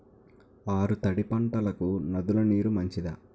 ఆరు తడి పంటలకు నదుల నీరు మంచిదా?